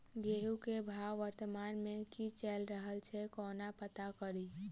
गेंहूँ केँ भाव वर्तमान मे की चैल रहल छै कोना पत्ता कड़ी?